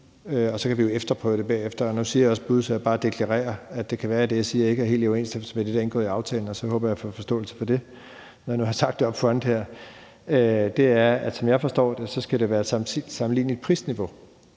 og så kan vi jo efterprøve det bagefter – og nu siger jeg også »bud«, så jeg deklarerer, at det kan være, at det, jeg siger, ikke er helt i overensstemmelse med det, der er indgået aftale om, og så håber jeg på forståelse for det, når jeg nu har sagt det up front her – er, at som jeg forstår det, skal det være et sammenligneligt prisniveau.